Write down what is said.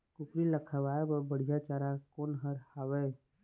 कुकरी ला खवाए बर बढीया चारा कोन हर हावे?